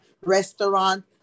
restaurant